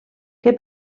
que